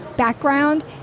Background